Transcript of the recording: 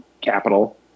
capital